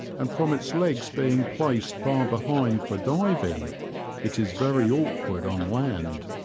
and from its legs being placed far behind for diving it is very awkward on land.